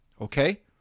Okay